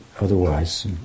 otherwise